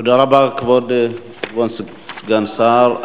תודה רבה לכבוד סגן השר.